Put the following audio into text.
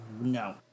No